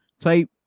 type